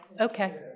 okay